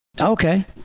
Okay